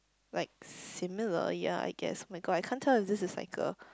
like similar ya I guess [oh]-my-god I can't tell if this is like a